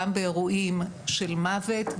גם באירועים של מוות,